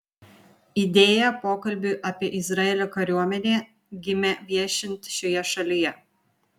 idėja pokalbiui apie izraelio kariuomenę gimė viešint šioje šalyje